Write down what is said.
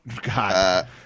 God